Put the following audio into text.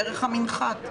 זה 3 דקות מערד דרך המנחת.